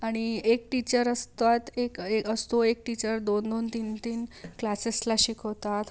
आणि एक टीचर असतात एक असतो एक टीचर दोन दोन तीन तीन क्लासेसला शिकवतात